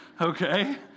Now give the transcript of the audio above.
Okay